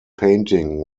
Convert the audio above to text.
painting